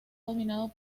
dominado